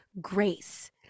grace